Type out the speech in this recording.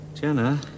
Jenna